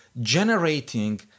generating